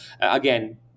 again